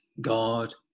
God